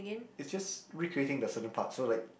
it's just recreating the certain part so like